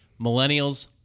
millennials